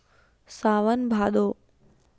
सावन भादो